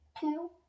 two